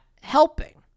helping